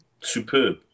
superb